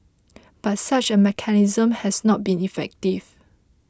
but such a mechanism has not been effective